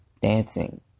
dancing